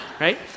Right